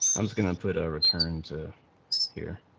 um can and put a return to hear